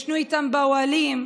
ישנו איתם באוהלים,